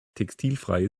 textilfreie